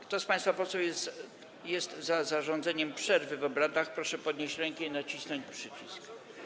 Kto z państwa posłów jest za zarządzeniem przerwy w obradach, proszę podnieść rękę i nacisnąć przycisk.